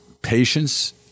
Patience